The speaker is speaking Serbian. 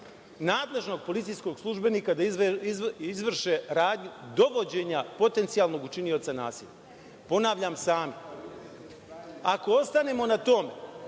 nadležnog policijskog službenika da izvrše radnju dovođenja potencijalnog učinioca nasilja. Ponavljam sami, ako ostanemo na tome